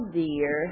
dear